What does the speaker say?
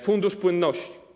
Fundusz Płynności.